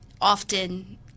often